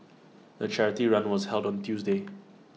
the charity run was held on Tuesday